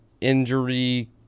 injury